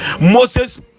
moses